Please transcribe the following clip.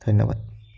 ধন্যবাদ